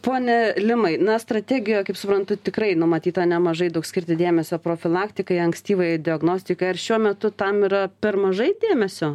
ponia limai na strategijoje kaip suprantu tikrai numatyta nemažai daug skirti dėmesio profilaktikai ankstyvajai diagnostikai ar šiuo metu tam yra per mažai dėmesio